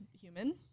human